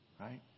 right